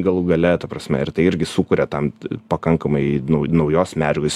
galų gale ta prasme ir tai irgi sukuria tam pakankamai nu naujos medžiagos